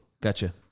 Gotcha